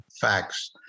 facts